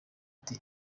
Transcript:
ati